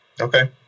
Okay